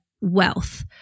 wealth